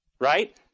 Right